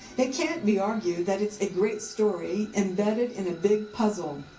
it can't be argued that it's a great story embedded in a big puzzle.